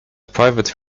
private